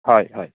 হয় হয়